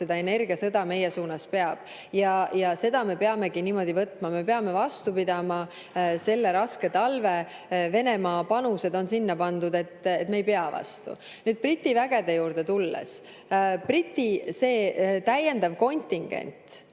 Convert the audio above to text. seda energiasõda meie [vastu] peab. Ja seda me peamegi niimoodi võtma, me peame vastu pidama selle raske talve. Venemaa panused on sinna pandud, et me ei pea vastu. Nüüd, Briti vägede juurde tulles. Briti täiendav kontingent